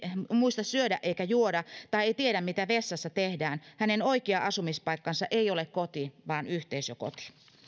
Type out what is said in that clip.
muista syödä eikä juoda tai ei tiedä mitä vessassa tehdään hänen oikea asumispaikkansa ei ole koti vaan yhteisökoti